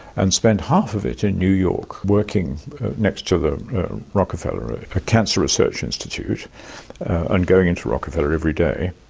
and spend half of it in new york, working next to the rockefeller cancer research institute and going into rockefeller every day,